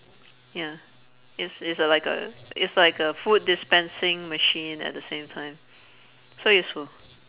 ya it's it's a like a it's like a food dispensing machine at the same time so useful